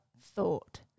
thought